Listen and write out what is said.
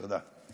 תודה.